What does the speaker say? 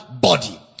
body